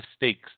mistakes